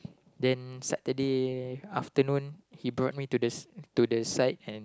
then Saturday afternoon he brought me to the s~ to the site and